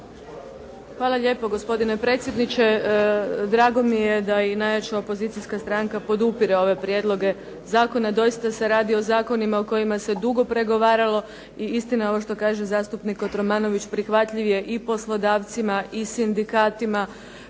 Hvala lijepo. Gospodine predsjedniče. Drago mi je da i najjača opozicijska stranka podupire ove prijedloge zakona. Doista se radi o zakonima o kojima se dugo pregovaralo i istina je ovo što kaže zastupnik Kotromanović prihvatljiv je i poslodavcima i sindikatima.